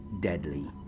deadly